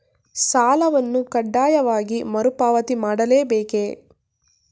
ಸಾಲವನ್ನು ಕಡ್ಡಾಯವಾಗಿ ಮರುಪಾವತಿ ಮಾಡಲೇ ಬೇಕೇ?